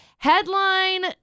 Headline